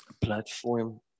platform